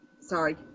Sorry